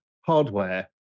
hardware